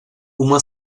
uma